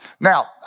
Now